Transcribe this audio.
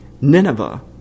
Nineveh